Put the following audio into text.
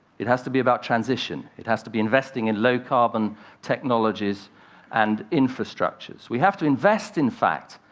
it has to be about transition. it has to be investing in low-carbon technologies and infrastructures. we have to invest, in fact,